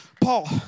Paul